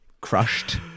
Crushed